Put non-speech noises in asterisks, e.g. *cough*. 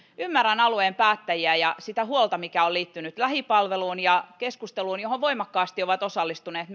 ymmärrän alueen päättäjiä ja sitä huolta mikä on liittynyt lähipalveluun ja keskusteluun johon voimakkaasti ovat osallistuneet *unintelligible*